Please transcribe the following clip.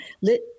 let